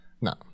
No